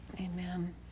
Amen